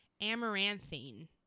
Amaranthine